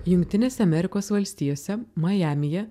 jungtinėse amerikos valstijose majamyje